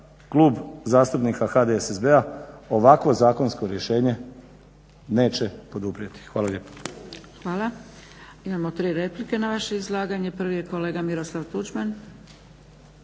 Klub zastupnika HDSSB-a ovakvo zakonsko rješenje neće poduprijeti. Hvala lijepa. **Zgrebec, Dragica (SDP)** Hvala. Imamo tri replike na vaše izlaganje. Prvi je kolega Miroslav Tuđman.